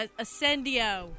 Ascendio